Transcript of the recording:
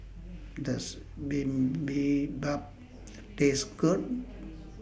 Does Bibimbap Taste Good